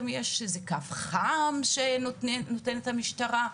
האם יש קו חם שנותנת המשטרה?